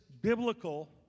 biblical